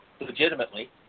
Legitimately